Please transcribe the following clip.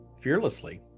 fearlessly